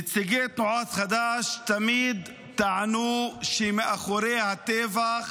נציגי תנועת חד"ש תמיד טענו שמאחורי הטבח